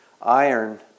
iron